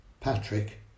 Patrick